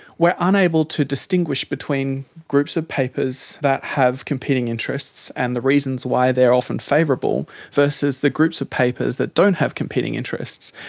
are unable to distinguish between groups of papers that have competing interests and the reasons why they are often favourable versus the groups of papers that don't have competing interests.